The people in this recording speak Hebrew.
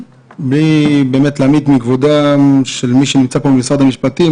מבלי להמעיט מכבודם של מי שנמצא פה ממשרד המשפטים,